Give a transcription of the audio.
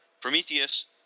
Prometheus